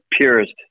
purest